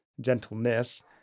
gentleness